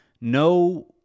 no